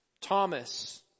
Thomas